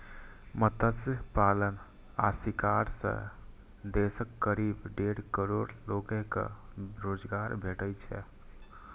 मत्स्य पालन आ शिकार सं देशक करीब डेढ़ करोड़ लोग कें रोजगार भेटै छै